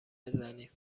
بزنیم